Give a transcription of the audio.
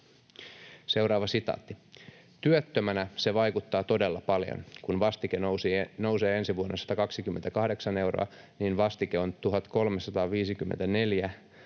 kuukaudessa.” ”Työttömänä se vaikuttaa todella paljon. Kun vastike nousee ensi vuonna 128 euroa, niin vastike on 1 354 euroa,